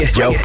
yo